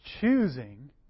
choosing